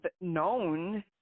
known